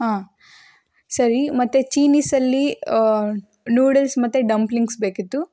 ಹಾಂ ಸರಿ ಮತ್ತೆ ಚೀನೀಸಲ್ಲಿ ನೂಡಲ್ಸ್ ಮತ್ತು ಡಂಪ್ಲಿಂಗ್ಸ್ ಬೇಕಿತ್ತು